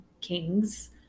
kings